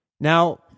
Now